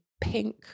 pink